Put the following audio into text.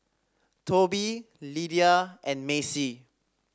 Toby Lidia and Macey